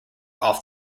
off